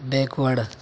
backward